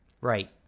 Right